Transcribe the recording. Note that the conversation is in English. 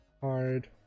Hard